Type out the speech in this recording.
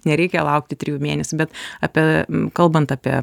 nereikia laukti trijų mėnesių bet apie kalbant apie